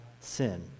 sin